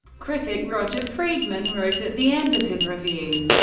critic roger friedman wrote at the end of his review,